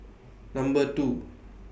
Number two